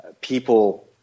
people